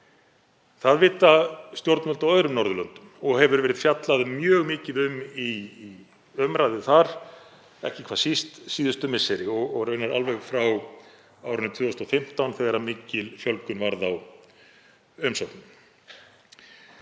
Það vita stjórnvöld á öðrum Norðurlöndum og hefur verið fjallað mjög mikið um í umræðu þar, ekki hvað síst síðustu misseri og raunar alveg frá árinu 2015 þegar mikil fjölgun varð á umsóknum.